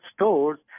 stores